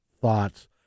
thoughts